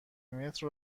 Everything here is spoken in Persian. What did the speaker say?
متر